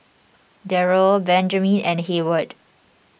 Derald Benjiman and Heyward